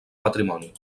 patrimoni